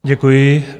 Děkuji.